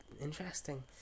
interesting